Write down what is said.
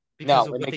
No